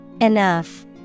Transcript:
Enough